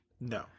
no